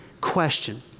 Question